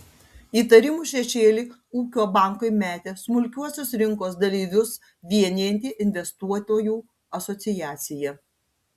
įtarimų šešėlį ūkio bankui metė smulkiuosius rinkos dalyvius vienijanti investuotojų asociacija